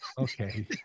Okay